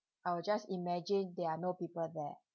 I will just imagine there are no people there